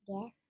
Yes